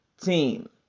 team